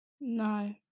No